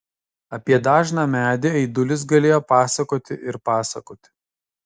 apie dažną medį aidulis galėjo pasakoti ir pasakoti